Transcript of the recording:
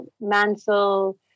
Mansell